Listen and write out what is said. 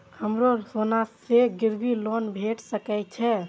हमरो सोना से गिरबी लोन भेट सके छे?